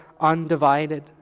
undivided